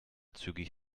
zügig